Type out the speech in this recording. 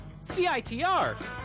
CITR